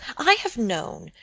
i have known,